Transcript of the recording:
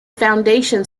foundation